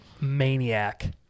maniac